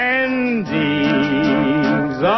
endings